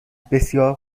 بسیار